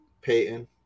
Peyton